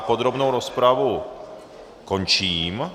Podrobnou rozpravu končím.